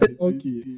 Okay